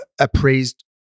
appraised